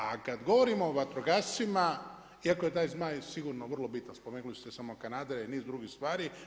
A kada govorimo o vatrogascima, iako je taj Zmaj sigurno vrlo bitan, spomenuli ste samo kanadere i niz drugih stvari.